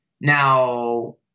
Now